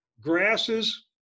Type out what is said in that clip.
grasses